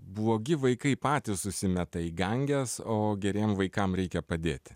blogi vaikai patys susimeta į ganges o geriem vaikam reikia padėti